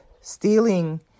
stealing